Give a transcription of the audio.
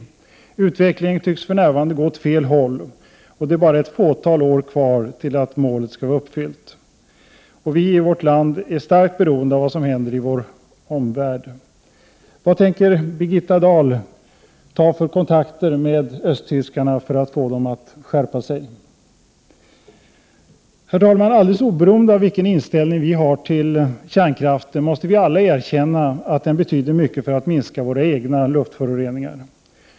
Utvecklingen tycks för närvarande gå åt fel håll, och det är bara ett fåtal år kvar till dess målet skall vara uppfyllt. Vi är i vårt land starkt beroende av vad som händer i vår omvärld. Vad tänker Birgitta Dahl ta för kontakter med östtyskarna för att få dem att skärpa sig? Herr talman! Alldeles oberoende av vilken inställning vi har till kärnkraften måste vi alla erkänna att den betyder mycket för att minska våra egna luftföroreningar.